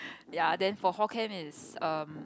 ya then for hall camp is um